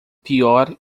pior